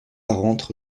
rentre